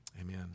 Amen